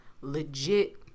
legit